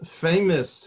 famous